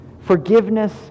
Forgiveness